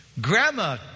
grandma